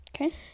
Okay